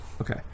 okay